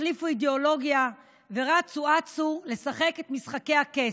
החליפו אידיאולוגיה ורצו-אצו לשחק את משחקי הכס,